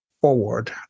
forward